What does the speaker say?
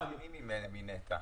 --- מנת"ע.